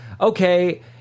okay